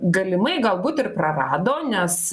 galimai galbūt ir prarado nes